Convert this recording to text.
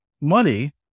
money